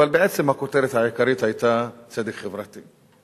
אבל בעצם הכותרת העיקרית היתה צדק חברתי.